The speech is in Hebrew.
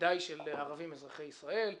ודאי של ערבים אזרחי ישראל,